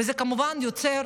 וזה כמובן יוצר